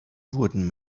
wurden